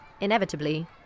inevitably